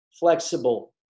flexible